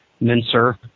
Mincer